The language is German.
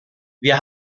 wir